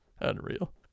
unreal